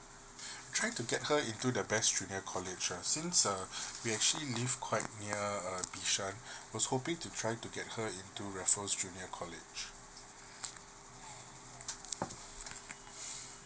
try to get her into the best junior college lah since uh we actually live quite near uh beshan was hoping to try to get her into raffles junior college